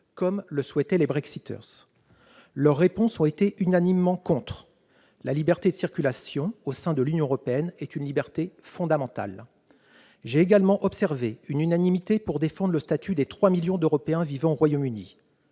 comme le souhaitaient les Brexiters. Leurs réponses ont été unanimement contre la moindre restriction à cette liberté au sein de l'Union européenne, qui est une liberté fondamentale. J'ai également observé une unanimité, à la fois pour défendre le statut des trois millions d'Européens vivant au Royaume-Uni,